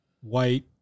white